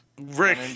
Rick